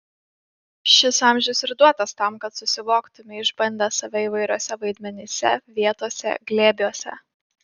šis amžius ir duotas tam kad susivoktumei išbandęs save įvairiuose vaidmenyse vietose glėbiuose